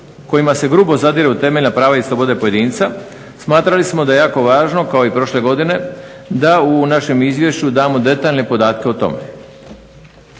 kojima se grubo zadire u temeljna prava i slobode pojedinca smatrali smo da je jako važno kao i prošle godine da u našem izvješću damo detaljne podatke o tome.